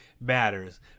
matters